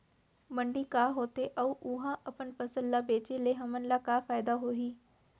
मंडी का होथे अऊ उहा अपन फसल ला बेचे ले हमन ला का फायदा होही?